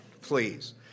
please